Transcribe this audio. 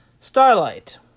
Starlight